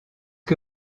que